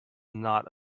not